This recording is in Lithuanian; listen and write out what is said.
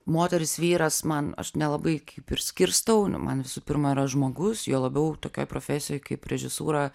moteris vyras man aš nelabai kaip ir skirstau man visų pirma yra žmogus juo labiau tokioj profesijoj kaip režisūra